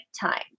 time